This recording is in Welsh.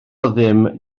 ddim